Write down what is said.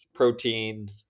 protein